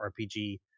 RPG